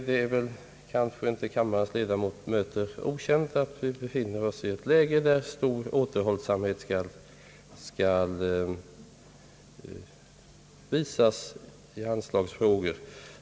Det är inte för kammarens ledamöter okänt att vi befinner oss i ett läge, där stor återhållsamhet bör visas i anslagsfrågor.